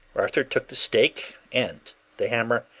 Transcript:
arthur took the stake and the hammer,